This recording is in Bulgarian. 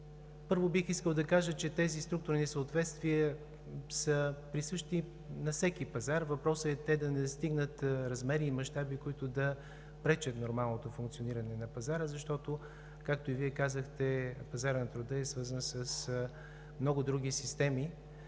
Първо, бих искал да кажа, че тези структурни несъответствия са присъщи на всеки пазар. Въпросът е те да не стигнат размери и мащаби, които да пречат на нормалното функциониране на пазара, защото, както и Вие казахте, пазарът на труда е свързан с много други системи.